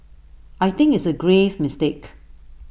I think it's A grave mistake